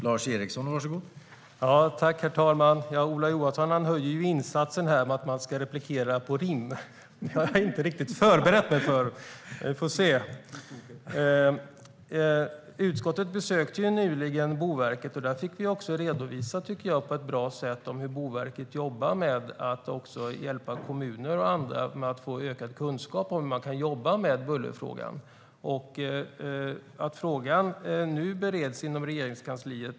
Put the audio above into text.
Herr talman! Ola Johansson höjer ju insatsen, så man borde kanske replikera på rim. Men det har jag inte riktigt förberett mig för. Utskottet besökte nyligen Boverket. Där fick vi redovisat på ett bra sätt hur Boverket arbetar med att hjälpa kommuner och andra för att de ska få ökad kunskap om hur man kan jobba med bullerfrågan. Frågan bereds nu inom Regeringskansliet.